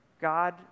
God